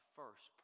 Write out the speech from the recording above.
first